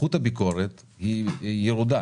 שמקצים לזה פחות משאבים ופחות כוח אדם איכותי,